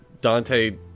Dante